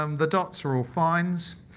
um the dots are all finds.